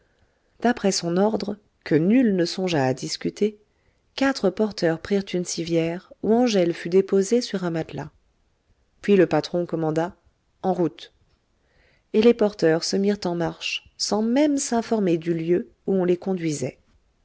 d'après son ordre que nul ne songea à discuter quatre porteurs prirent une civière où angèle fut déposée sur un matelas puis le patron commanda en route et les porteurs se mirent en marche sans même s'informer du lieu où on les conduisait